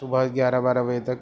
صبح گیارہ بارہ بجے تک